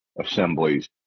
assemblies